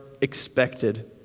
expected